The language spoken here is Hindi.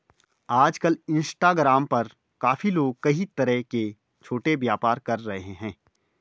आजकल इंस्टाग्राम पर काफी लोग कई तरह के छोटे व्यापार कर रहे हैं